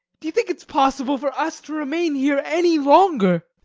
do you think it's possible for us to remain here any longer?